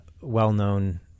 well-known